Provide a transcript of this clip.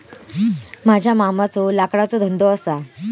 माझ्या मामाचो लाकडाचो धंदो असा